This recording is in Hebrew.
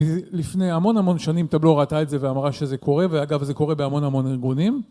לפני המון המון שנים טבלו ראתה את זה ואמרה שזה קורה, ואגב זה קורה בהמון המון ארגונים